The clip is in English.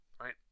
right